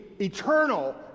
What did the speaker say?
eternal